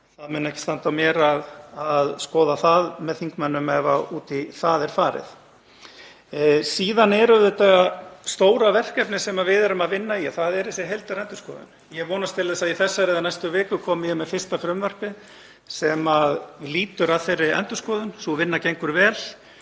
það muni ekki standa á mér að skoða það með þingmönnum ef út í það er farið. Síðan er auðvitað stóra verkefnið sem við erum að vinna í þessi heildarendurskoðun. Ég vonast til að í þessari eða næstu viku komi ég með fyrsta frumvarpið sem lýtur að þeirri endurskoðun. Sú vinna gengur vel